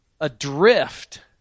adrift